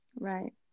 Right